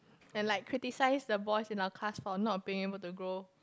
and like criticise the boys in our class for not being able to grow